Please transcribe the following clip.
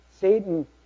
Satan